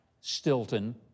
Stilton